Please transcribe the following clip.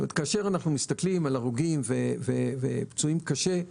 כאשר אנחנו מסתכלים על הרוגים ופצועים קשה,